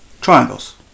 triangles